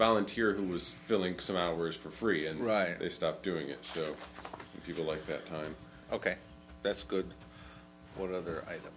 volunteer who was filling some hours for free and right they stopped doing it so people like that time ok that's good what other